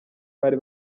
bari